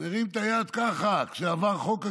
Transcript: מרים את היד ככה, כשעבר חוק הגיוס,